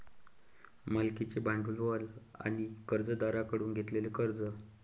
मालकीचे भांडवल आणि कर्जदारांकडून घेतलेले कर्ज